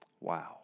Wow